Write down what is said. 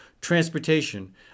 transportation